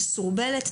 מסורבלת.